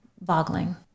boggling